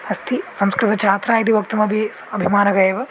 अस्ति संस्कृतछात्रा इति वक्तुमपि अभिमानः एव